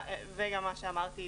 וגם מה שאמרתי,